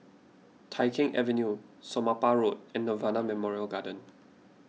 Tai Keng Avenue Somapah Road and Nirvana Memorial Garden